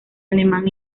alemán